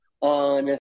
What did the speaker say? on